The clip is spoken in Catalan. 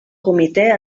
comitè